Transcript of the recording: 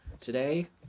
Today